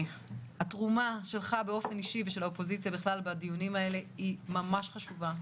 התרומה שלך באופן אישי ושל האופוזיציה בכלל הדיונים היא ממש חשובה.